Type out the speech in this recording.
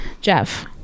Jeff